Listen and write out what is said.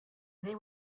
they